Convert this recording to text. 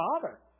Father